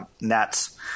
Nets